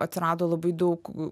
atsirado labai daug